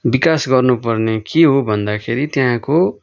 विकास गर्नु पर्ने के हो भन्दाखेरि त्यहाँको